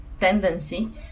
tendency